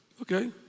okay